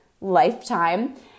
lifetime